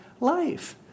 life